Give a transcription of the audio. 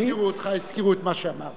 לא הזכירו אותך, הזכירו את מה שאמרת.